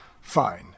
Fine